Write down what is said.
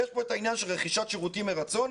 יש כאן את העניין של רכישת שירותים מרצון,